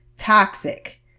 toxic